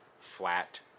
flat